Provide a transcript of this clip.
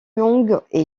yung